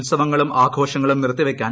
ഉത്സവങ്ങളും ആഘോഷങ്ങളും നിർത്തിവയ്ക്കണം